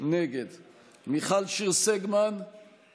מתוך כעס, התקוממות על גזענות,